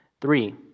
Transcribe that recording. Three